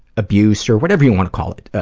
abuse or whatever you want to call it,